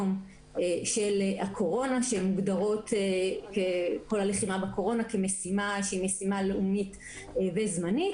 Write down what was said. של הקורונה מוגדרות כמשימה לאומית וזמנית.